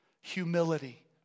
humility